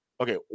okay